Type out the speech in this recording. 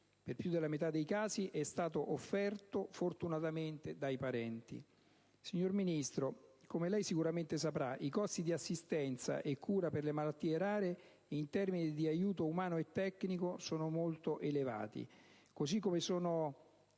per più della metà dei casi, è stato fortunatamente offerto dai parenti. Signora Sottosegretario, come lei certamente saprà, i costi di assistenza e cura per le malattie rare, in termini di aiuto umano e tecnico, sono molto elevati, così come alti